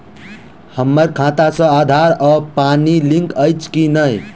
हम्मर खाता सऽ आधार आ पानि लिंक अछि की नहि?